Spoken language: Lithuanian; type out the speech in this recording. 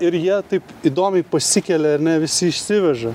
ir jie taip įdomiai pasikelia ar ne visi išsiveža